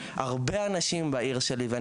לרוב לא קורה עם זה כלום.